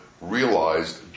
realized